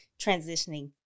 transitioning